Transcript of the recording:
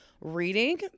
reading